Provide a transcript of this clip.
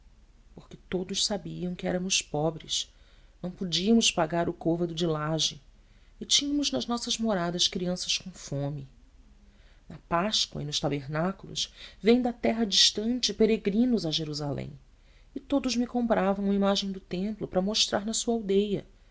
porque todos sabiam que éramos pobres não podíamos pagar o côvado de laje e tínhamos nas nossas moradas crianças com fome na páscoa e nos tabernáculos vêm da terra distante peregrinos a jerusalém e todos me compravam uma imagem do templo para mostrar na sua aldeia